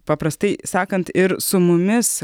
paprastai sakant ir su mumis